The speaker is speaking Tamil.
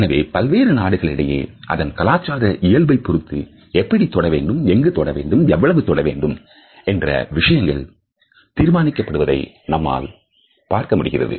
எனவே பல்வேறு நாடுகளுக்கிடையே அதன் கலாச்சார இயல்பை பொறுத்து எப்படி தொட வேண்டும் எங்கு தொட வேண்டும் எவ்வளவு தொட வேண்டும் என்ற விஷயங்கள் தீர்மானிக்கப்படுவதை நம்மால் பார்க்க முடிகிறது